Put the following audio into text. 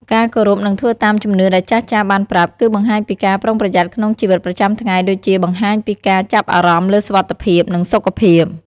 ការគោរពនិងធ្វើតាមជំនឿដែលចាស់ៗបានប្រាប់ គឺបង្ហាញពីការប្រុងប្រយ័ត្នក្នុងជីវិតប្រចាំថ្ងៃ ដូចជា បង្ហាញពីការចាប់អារម្មណ៍លើសុវត្ថិភាព និងសុខភាព។